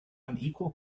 unequal